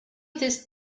this